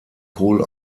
kohl